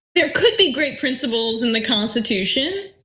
there could be great principles in the constitution.